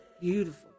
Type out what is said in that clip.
beautiful